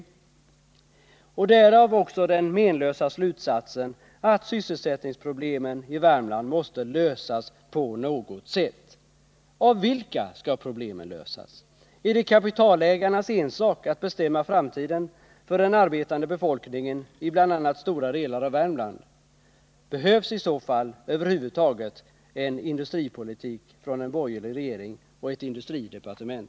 Och 12 november 1979 därav dras också den menlösa slutsatsen att sysselsättningsproblemen måste lösas ”på något sätt”. Av vilka skall problemen lösas? Är det kapitalägarnas Om sysselsättensak att bestämma framtiden för den arbetande befolkningen i bl.a. stora — ningen i Värmlands delar av Värmland? Behövs i så fall över huvud taget en industripolitik från — län en borgerlig regering och ett industridepartement?